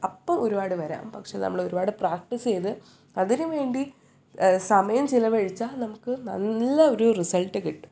അപ്പോൾ ഒരുപാട് വരാം പക്ഷേ നമ്മൾ ഒരുപാട് പ്രാക്റ്റീസ് ചെയ്ത് അതിന് വേണ്ടി സമയം ചിലവഴിച്ചാൽ നമുക്ക് നല്ല ഒരു റിസൾട്ട് കിട്ടും